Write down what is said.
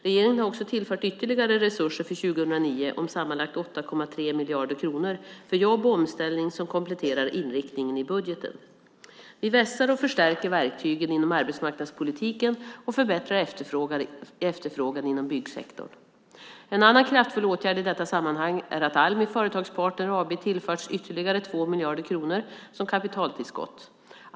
Regeringen har också tillfört ytterligare resurser för 2009 om sammanlagt 8,3 miljarder kronor för jobb och omställning som kompletterar inriktningen i budgeten. Vi vässar och förstärker verktygen inom arbetsmarknadspolitiken och förbättrar efterfrågan inom byggsektorn. En annan kraftfull åtgärd i detta sammanhang är att Almi Företagspartner AB tillförts ytterligare 2 miljarder kronor som kapitaltillskott.